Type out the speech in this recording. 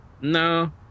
no